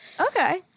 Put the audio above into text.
Okay